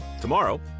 Tomorrow